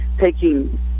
taking